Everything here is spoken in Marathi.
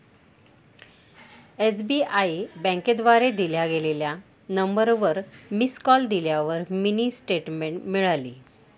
एस.बी.आई बँकेद्वारे दिल्या गेलेल्या नंबरवर मिस कॉल दिल्यावर मिनी स्टेटमेंट मिळाली